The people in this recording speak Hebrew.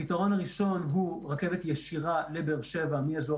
הפתרון הראשון הוא רכבת ישירה לבאר שבע מאזור